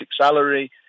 salary